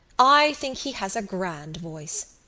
i think he has a grand voice.